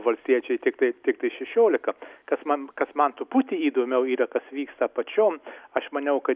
valstiečiai tiktai tiktai šešiolika kas man kas man truputį įdomiau yra kas vyksta apačion aš maniau kad